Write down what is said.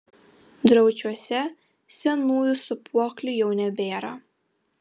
draučiuose senųjų sūpuoklių jau nebėra